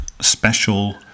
special